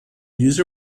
user